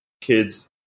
kids